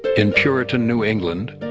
in puritan new england,